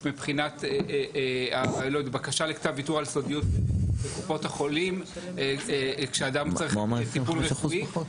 מבחינת בקשת כתב ויתור על סודיות בקופות החולים כשאדם צריך טיפול רפואי.